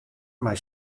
mei